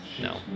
No